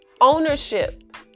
ownership